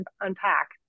unpack